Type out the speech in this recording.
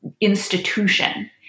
institution